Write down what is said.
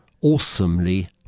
awesomely